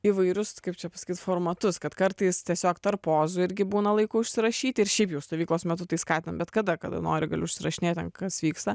įvairius kaip čia pasakyt formatus kad kartais tiesiog tarp pozų irgi būna laiko užsirašyti ir šiaip jau stovyklos metu tai skatinti bet kada kada nori gali užsirašinėti ten kas vyksta